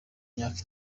myaka